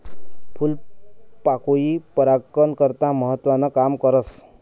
फूलपाकोई परागकन करता महत्वनं काम करस